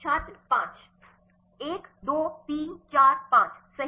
छात्र ५ १ २ ३ ४ ५ सही